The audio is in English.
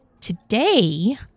today